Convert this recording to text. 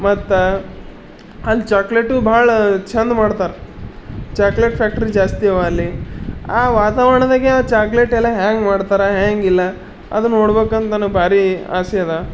ಮತ್ತು ಅಲ್ಲಿ ಚಾಕ್ಲೇಟು ಭಾಳ ಚಂದ ಮಾಡ್ತಾರೆ ಚಾಕ್ಲೇಟ್ ಫ್ಯಾಕ್ಟ್ರಿ ಜಾಸ್ತಿ ಅವ ಅಲ್ಲಿ ಆ ವಾತಾವರ್ಣದಾಗ ಆ ಚಾಕ್ಲೇಟ್ ಎಲ್ಲ ಹೇಗ್ ಮಾಡ್ತಾರೆ ಹೇಗ್ ಇಲ್ಲ ಅದು ನೋಡ್ಬೇಕಂದು ನನಗೆ ಭಾರೀ ಆಸೆ ಅದೆ